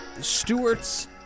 Stewart's